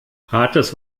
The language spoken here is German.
hartes